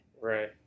right